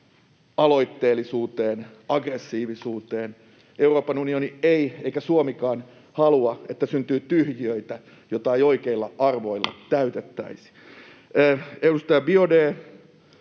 aloitteellisuuteen, aggressiivisuuteen. Euroopan unioni ei, eikä Suomikaan, halua, että syntyy tyhjiöitä, joita ei oikeilla arvoilla täytettäisi. [Puhemies